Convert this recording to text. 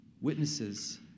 witnesses